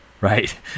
right